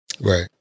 right